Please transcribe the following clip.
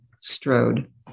strode